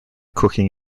cooking